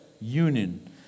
union